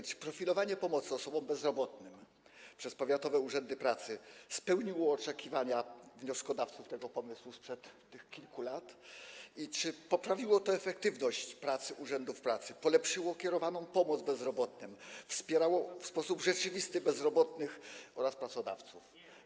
Czy profilowanie pomocy osobom bezrobotnym przez powiatowe urzędy pracy spełniło oczekiwania wnioskodawców tego pomysłu sprzed tych kilku lat i czy poprawiło to efektywność pracy urzędów pracy, polepszyło kierowaną pomoc bezrobotnym, wspierało w sposób rzeczywisty bezrobotnych oraz pracodawców?